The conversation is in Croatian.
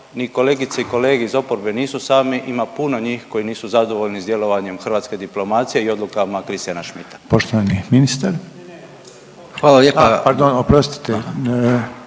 ni kolegice i kolege iz oporbe nisu sami. Ima puno njih koji nisu zadovoljni s djelovanjem hrvatske diplomacije i odlukama Christiana Schmidta. **Reiner, Željko (HDZ)** Poštovani